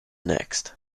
next